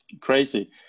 crazy